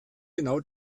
genau